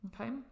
Okay